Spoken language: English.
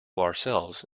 ourselves